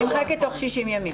היא נמחקת תוך 60 ימים